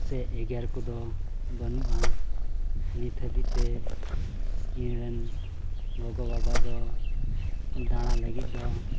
ᱥᱮ ᱮᱜᱮᱨ ᱠᱚᱫᱚ ᱵᱟᱹᱱᱩᱜᱼᱟ ᱱᱤᱛ ᱦᱟᱹᱵᱤᱡ ᱛᱮ ᱤᱧᱨᱮᱱ ᱜᱚᱜᱚ ᱵᱟᱵᱟ ᱫᱚ ᱫᱟᱬᱟ ᱞᱟᱹᱜᱤᱫ ᱫᱚ